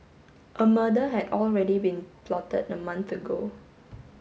a murder had already been plotted a month ago